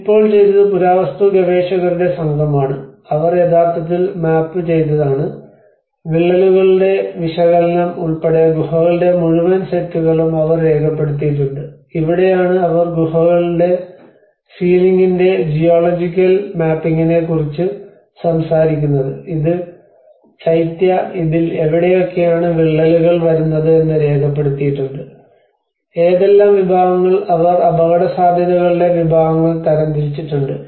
ഇപ്പോൾ ചെയ്തത് പുരാവസ്തു ഗവേഷകരുടെ സംഘമാണ് അവർ യഥാർത്ഥത്തിൽ മാപ്പ് ചെയ്തതാണ് വിള്ളലുകളുടെ വിശകലനം ഉൾപ്പെടെ ഗുഹകളുടെ മുഴുവൻ സെറ്റുകളും അവർ രേഖപ്പെടുത്തിയിട്ടുണ്ട് ഇവിടെയാണ് അവർ ഗുഹകളുടെ സീലിംഗിന്റെ ജിയോളജിക്കൽ മാപ്പിംഗിനെക്കുറിച്ച് സംസാരിക്കുന്നത് ഇത് ചൈത്യ ഇതിൽ എവിടെയൊക്കെയാണ് വിള്ളലുകൾ വരുന്നത് എന്ന് രേഖപ്പെടുത്തിയിട്ടുണ്ട് ഏതെല്ലാം വിഭാഗങ്ങൾ അവർ അപകടസാധ്യതകളുടെ വിഭാഗങ്ങൾ തരംതിരിച്ചിട്ടുണ്ട്